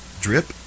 drip